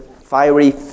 fiery